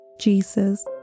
Jesus